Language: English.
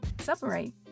separate